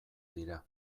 dira